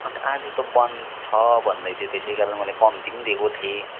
अन्त आज त बन्द छ भन्दै थियो त्यसै कारण मैले कम्ती दिएको थिएँ